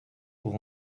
pour